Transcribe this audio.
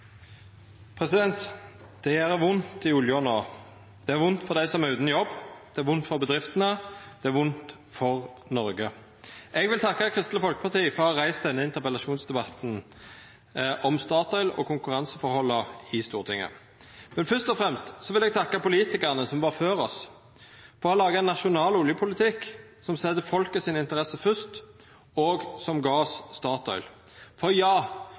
vondt for dei som er utan jobb. Det er vondt for bedriftene. Det er vondt for Noreg. Eg vil takka Kristeleg Folkeparti for å ha reist denne interpellasjonsdebatten i Stortinget om Statoil og konkurranseforholda. Men fyrst og fremst vil eg takka politikarane som var før oss, for å ha laga ein nasjonal oljepolitikk som set folket sine interesser fyrst, og som gav oss Statoil. For ja,